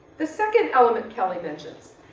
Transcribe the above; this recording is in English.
the second element kelly mentions,